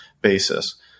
basis